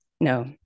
no